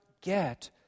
get